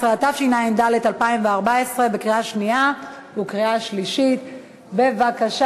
התשע"ד 2014. אז בהחלט ברכות.